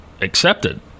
accepted